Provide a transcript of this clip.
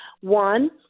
one